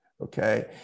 okay